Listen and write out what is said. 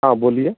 हाँ बोलिए